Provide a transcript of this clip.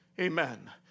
Amen